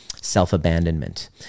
self-abandonment